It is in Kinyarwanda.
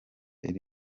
iri